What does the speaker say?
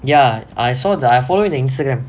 ya I saw the I following the Instagram